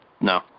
No